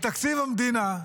מתקציב המדינה,